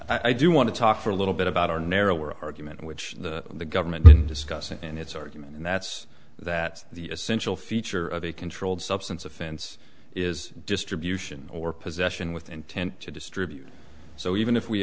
integral i do want to talk for a little bit about our narrower argument which the government didn't discuss and its argument and that's that the essential feature of a controlled substance offense is distribution or possession with intent to distribute so even if we